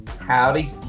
Howdy